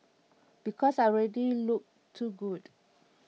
because I already look too good